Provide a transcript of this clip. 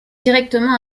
directement